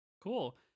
cool